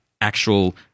actual